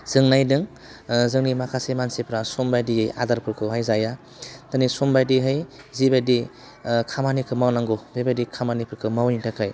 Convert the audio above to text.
जों नायदों जोंनि माखासे मानसिफ्रा समबायदियै आदारफोरखौहाय जाया दिनै समबायदिहै जिबायदि खामानिखौ मावनांगौ बेबायदि खामानिफोरखौ मावैनि थाखाय